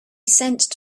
sensed